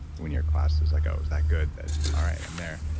when your class is like, oh it was that good that, all right, i'm there.